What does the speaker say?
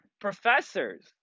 professors